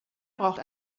braucht